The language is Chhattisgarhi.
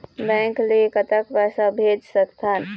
बैंक ले कतक पैसा भेज सकथन?